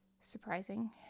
surprising